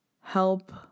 help